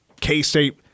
k-state